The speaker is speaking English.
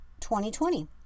2020